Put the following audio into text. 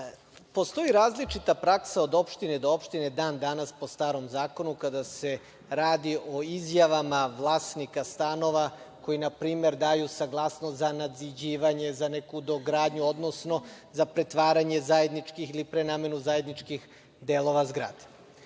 Postoji različita praksa od opštine do opštine i dan danas, po starom zakonu, kada se radi o izjavama vlasnika stanova koji na primer, daju saglasnost za nadziđivanje, za neku dogradnju, odnosno za pretvaranje zajedničkih ili prenamenu zajedničkih delova